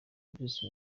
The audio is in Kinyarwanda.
bruce